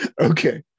okay